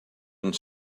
and